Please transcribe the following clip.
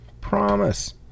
promise